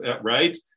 right